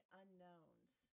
unknowns